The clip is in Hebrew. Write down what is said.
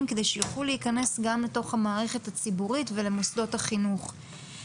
כדי שיוכלו להיכנס גם לתוך המערכת הציבורית ולמוסדות החינוך.